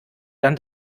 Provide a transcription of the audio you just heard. dann